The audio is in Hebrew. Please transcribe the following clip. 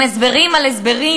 עם הסברים על הסברים,